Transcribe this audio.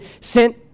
sent